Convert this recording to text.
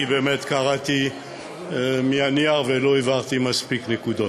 כי באמת קראתי מהנייר ולא הבהרתי מספיק נקודות.